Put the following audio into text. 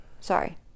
Sorry